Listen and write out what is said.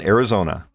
Arizona